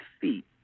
feet